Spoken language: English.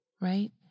right